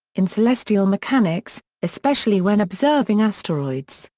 in celestial mechanics, especially when observing asteroids,